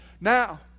Now